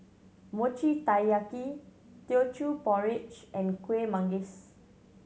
Mochi Taiyaki Teochew Porridge and Kuih Manggis